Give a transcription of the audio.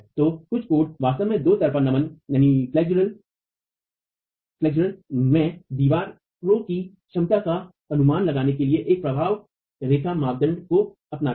तो कुछ कोड वास्तव में दो तरफा नमन में दीवारों की क्षमता का अनुमान लगाने के लिए एक पराभव रेखा मानदंड को अपनाते हैं